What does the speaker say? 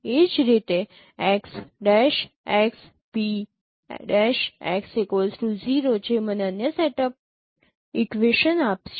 એ જ રીતે x'xP'X 0 જે મને અન્ય સેટ અપ ઇક્વેશનસ આપશે